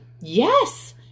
Yes